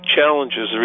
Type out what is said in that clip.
challenges